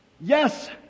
Yes